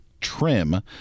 trim